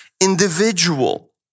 individual